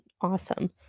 awesome